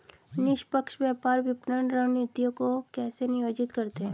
निष्पक्ष व्यापार विपणन रणनीतियों को कैसे नियोजित करते हैं?